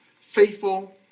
faithful